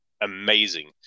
amazing